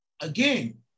again